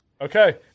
Okay